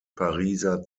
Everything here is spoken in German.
pariser